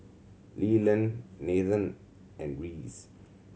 Leland Nathen and Reese